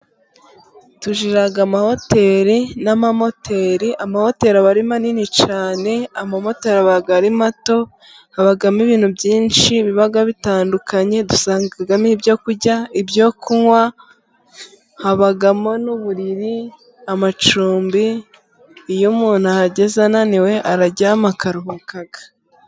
Tugira amahoteri n'amamoteri, amahoteri aba manini cyane, amamoteri aba ari mato, habamo ibintu byinshi biba bitandukanye, dusangamo ibyo kurya, ibyo kunywa, habamo n'uburiri, amacumbi, iyo umuntu ahageze ananiwe araryama akaruhuka.